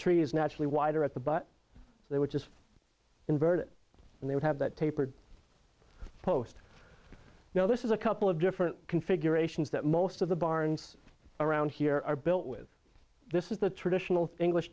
tree is naturally wider at the but they would just invert it and they would have that tapered post now this is a couple of different configurations that most of the barns around here are built with this is the traditional english